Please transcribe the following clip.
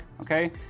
okay